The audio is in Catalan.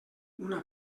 una